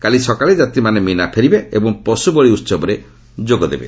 କାଲି ସକାଳେ ଯାତ୍ରୀମାନେ ମୀନା ଫେରିବେ ଏବଂ ପଶୁବଳି ଉହବରେ ଯୋଗଦେବେ